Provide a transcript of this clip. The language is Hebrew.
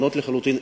שונות לחלוטין,